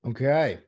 Okay